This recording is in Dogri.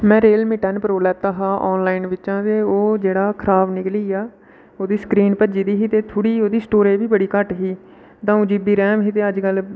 में रियलमी टैन्न प्रो लैता हा आनलाइन बिच्चा ते ओह् जेह्ड़ा खराब निकली आ ते ओह्दी स्क्रीन भज्जी दी हे ते थोह्ड़ी ओह्दी स्टोरेज बी बड़ी घट्ट ही ते दो जी बी रैम ही ते अजकल